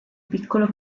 piccolo